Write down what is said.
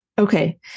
Okay